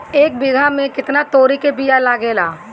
एक बिगहा में केतना तोरी के बिया लागेला?